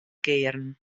kearen